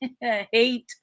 hate